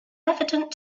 evident